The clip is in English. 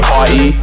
Party